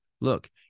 look